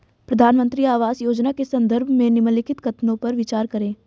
प्रधानमंत्री आवास योजना के संदर्भ में निम्नलिखित कथनों पर विचार करें?